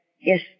Yes